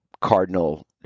Cardinal